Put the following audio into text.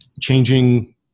changing